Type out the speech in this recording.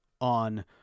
on